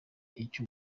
icyo